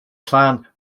klan